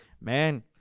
man